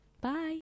Bye